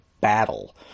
battle